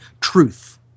truth